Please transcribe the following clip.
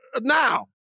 Now